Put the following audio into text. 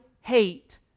hate